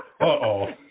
Uh-oh